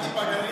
אל תיפגע,